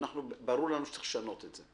ברור לנו שצריך לשנות אותה,